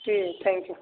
ٹھیک ہے thank you